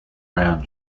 round